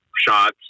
shots